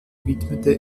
widmete